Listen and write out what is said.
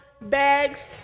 bags